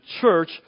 church